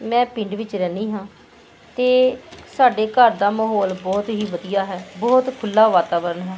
ਮੈਂ ਪਿੰਡ ਵਿੱਚ ਰਹਿੰਦੀ ਹਾਂ ਅਤੇ ਸਾਡੇ ਘਰ ਦਾ ਮਾਹੌਲ ਬਹੁਤ ਹੀ ਵਧੀਆ ਹੈ ਬਹੁਤ ਖੁੱਲ੍ਹਾ ਵਾਤਾਵਰਨ ਹੈ